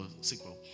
sequel